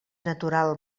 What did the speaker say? natural